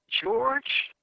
George